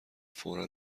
فورا